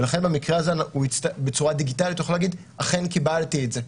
ולכן בצורה דיגיטלית הוא יכול להגיד "אכן קיבלתי את זה".